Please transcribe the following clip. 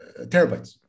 terabytes